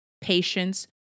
patience